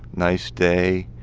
nice day,